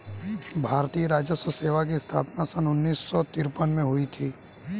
भारतीय राजस्व सेवा की स्थापना सन उन्नीस सौ तिरपन में हुई थी